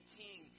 king